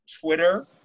twitter